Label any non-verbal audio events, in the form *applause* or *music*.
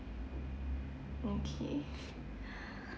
okay *breath*